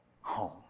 home